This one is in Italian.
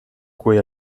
cui